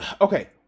Okay